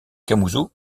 camusot